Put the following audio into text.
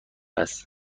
است